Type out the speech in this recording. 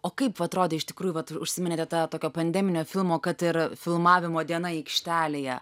o kaip atrodė iš tikrųjų vat užsiminėte ta tokio pandeminio filmo kad ir filmavimo diena aikštelėje